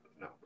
no